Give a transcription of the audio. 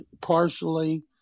partially